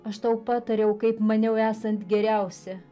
aš tau patariau kaip maniau esant geriausia